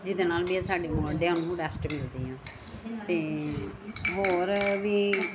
ਜਿਹਦੇ ਨਾਲ ਵੀ ਆਹ ਮੋਢਿਆਂ ਨੂੰ ਰੈਸਟ ਮਿਲਦੀ ਹੈ ਅਤੇ ਹੋਰ ਵੀ